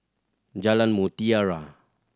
Jalan Mutiara